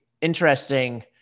interesting